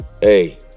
Hey